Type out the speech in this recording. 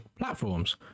platforms